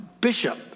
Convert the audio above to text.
bishop